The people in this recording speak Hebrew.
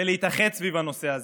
ולהתאחד סביב הנושא הזה.